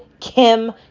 Kim